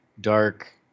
dark